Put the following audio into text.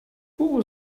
who